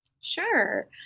Sure